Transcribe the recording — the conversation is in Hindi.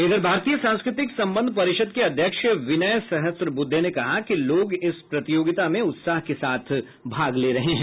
इधर भारतीय सांस्कृतिक संबंध परिषद के अध्यक्ष विनय सहस्त्रबुद्धे ने कहा कि लोग इस प्रतियोगिता में उत्साह के साथ भाग ले रहे हैं